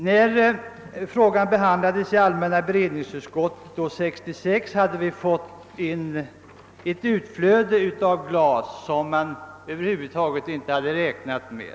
När frågan behandlades i allmänna beredningsutskottet år 1966 hade vi fått ett utflöde av glas som man inte hade räknat med.